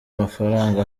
amafaranga